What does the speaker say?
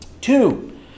Two